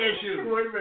issues